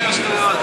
אתה מדבר שטויות.